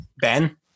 Ben